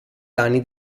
danni